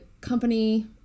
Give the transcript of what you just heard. company